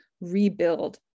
rebuild